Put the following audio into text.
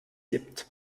gibt